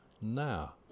now